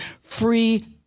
free